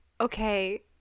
okay